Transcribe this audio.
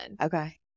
Okay